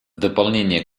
дополнение